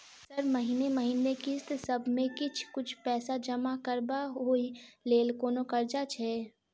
Sir महीने महीने किस्तसभ मे किछ कुछ पैसा जमा करब ओई लेल कोनो कर्जा छैय?